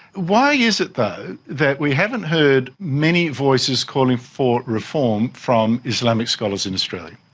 why is it though that we haven't heard many voices calling for reform from islamic scholars in australia?